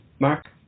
Mark